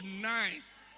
nice